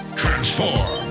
transform